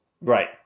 Right